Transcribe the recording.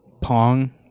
Pong